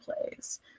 plays